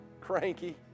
cranky